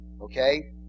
Okay